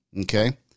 okay